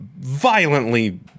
violently